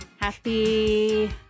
Happy